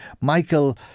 Michael